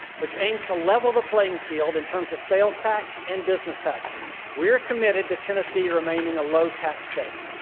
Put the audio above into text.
which aims to level the playing field in terms of sales tax and business taxes. we are committed to tennessee remaining a low tax state.